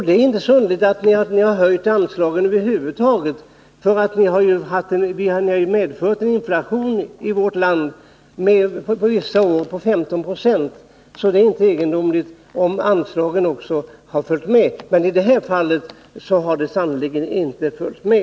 Det är inte så underligt att ni har höjt anslagen över huvud taget, för ni har fört en politik som lett till en inflation i vårt land på 15 26 vissa år. Det är alltså inte egendomligt om en del anslag har följt med, men i det här fallet har anslaget sannerligen inte följt med.